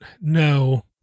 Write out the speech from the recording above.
no